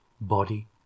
body